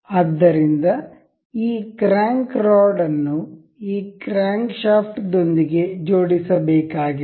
ಆದ್ದರಿಂದ ಈ crank rod ಅನ್ನು ಈ ಕ್ರ್ಯಾಂಕ್ ಶಾಫ್ಟ್ ದೊಂದಿಗೆ ಜೋಡಿಸಬೇಕಾಗಿದೆ